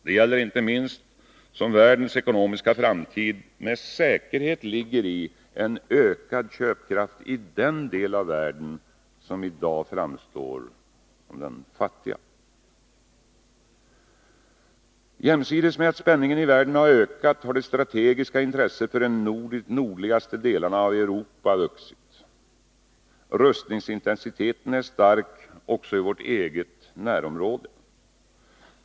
Det gäller inte minst som världens ekonomiska framtid med säkerhet ligger i en ökad köpkraft i den del av världen som i dag framstår som den fattiga. Jämsides med att spänningen i världen har ökat har det strategiska intresset för de nordligaste delarna av Europa vuxit. Rustningsintensiteten är stark även i vårt eget närområde.